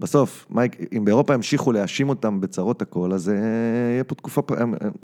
בסוף, מייק, אם באירופה המשיכו להאשים אותם בצרות הכל, אז יהיה פה תקופה...